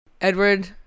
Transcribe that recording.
Edward